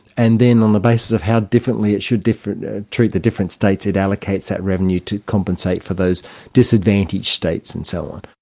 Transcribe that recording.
and then on the basis of how differently it should ah treat the different states, it allocates that revenue to compensate for those disadvantaged states and so on.